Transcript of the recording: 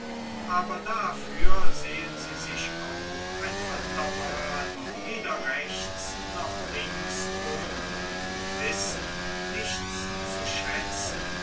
aber dafür sehen sie sich auch ein andermal weder rechts noch links um und wissen nichts zu schätzen